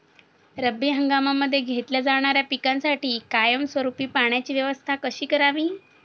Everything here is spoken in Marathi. रब्बी हंगामामध्ये घेतल्या जाणाऱ्या पिकांसाठी कायमस्वरूपी पाण्याची व्यवस्था कशी करावी?